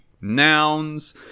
nouns